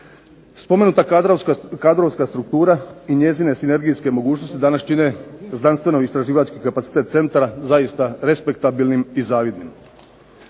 Spomenuta kadrovska struktura i njezine sinergijske mogućnosti danas čine znanstveno-istraživački kapacitet centra, zaista respektabilnim i zavidnim.